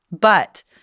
But-